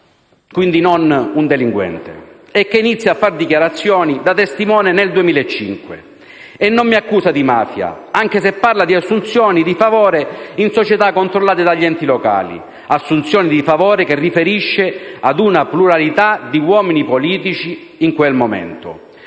quindi non un delinquente, che inizia a fare dichiarazioni, da testimone, nel 2005, e non mi accusa di mafia, anche se parla di assunzioni di favore in società controllate dagli enti locali; assunzioni di favore che riferisce ad una pluralità di uomini politici a quel momento.